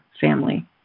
family